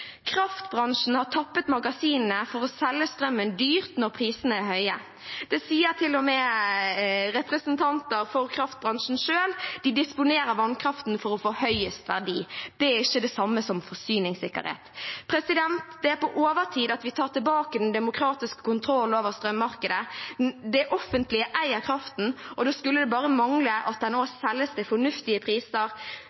Kraftbransjen har tappet magasinene for å selge strømmen dyrt når prisene er høye. Det sier til og med representanter for kraftbransjen selv. De disponerer vannkraften for å få høyest verdi. Det er ikke det samme som forsyningssikkerhet. Det er på overtid at vi tar tilbake den demokratiske kontrollen over strømmarkedet. Det offentlige eier kraften, og det skulle bare mangle at